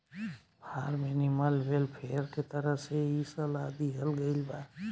form animal welfare के तरफ से इ सलाह दीहल गईल बा